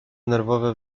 nerwowe